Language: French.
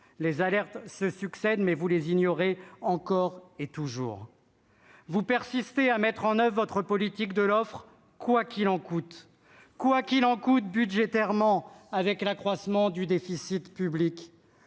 les alertes se succèdent, mais vous les ignorez encore et toujours. C'est sûr ! Vous persistez à mettre en oeuvre votre politique de l'offre « quoi qu'il en coûte ». Quoi qu'il en coûte sur le plan budgétaire, avec l'accroissement du déficit public